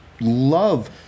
love